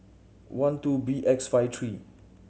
one two B X five three